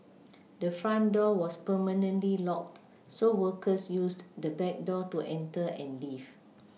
the front door was permanently locked so workers used the back door to enter and leave